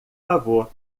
favor